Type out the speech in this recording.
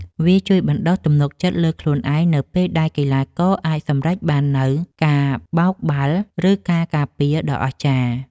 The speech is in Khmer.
វាជួយបណ្ដុះ ទំនុកចិត្តលើខ្លួនឯង នៅពេលដែលកីឡាករអាចសម្រេចបាននូវការបោកបាល់ ឬការការពារដ៏អស្ចារ្យ។